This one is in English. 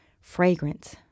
fragrant